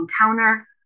encounter